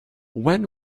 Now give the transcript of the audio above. when